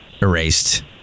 erased